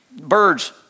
Birds